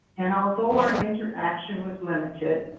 and although our interaction was limited,